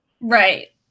Right